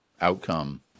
outcome